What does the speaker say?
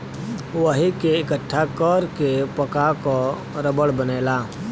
वही के इकट्ठा कर के पका क रबड़ बनेला